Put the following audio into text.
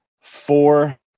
four